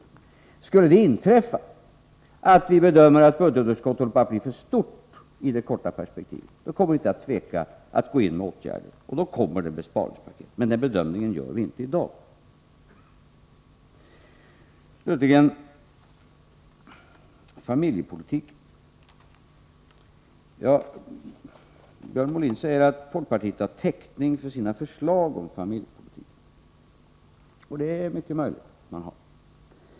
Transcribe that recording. Om det skulle inträffa att vi bedömer att budgetunderskottet håller på att bli för stort i det korta perspektivet, kommer vi inte att tveka att gå in med åtgärder, och då kommer det besparingspaket — men den bedömningen gör vi inte i dag. Slutligen beträffande familjepolitiken: Björn Molin säger att folkpartiet har täckning för sina förslag om familjepolitiken. Det är mycket möjligt att man har.